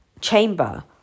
chamber